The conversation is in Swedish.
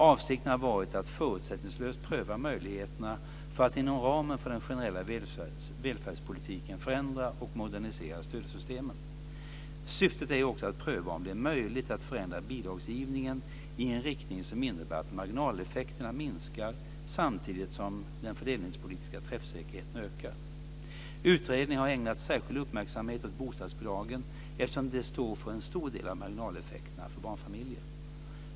Avsikten har varit att förutsättningslöst pröva möjligheterna för att inom ramen för den generella välfärdspolitiken förändra och modernisera stödsystemen. Syftet är också att pröva om det är möjligt att förändra bidragsgivningen i en riktning som innebär att marginaleffekterna minskar samtidigt som den fördelningspolitiska träffsäkerheten ökar. Utredningen har ägnat särskild uppmärksamhet åt bostadsbidragen eftersom de står för en stor del av marginaleffekterna för barnfamiljer.